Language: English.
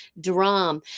drum